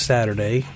Saturday